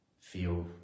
feel